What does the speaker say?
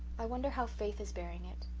i wonder how faith is bearing it.